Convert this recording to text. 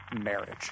marriage